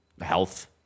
health